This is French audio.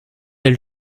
elle